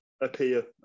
appear